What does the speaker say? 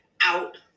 out